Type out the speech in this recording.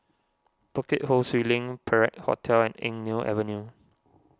Bukit Ho Swee Link Perak Hotel and Eng Neo Avenue